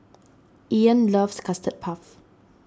Ean loves Custard Puff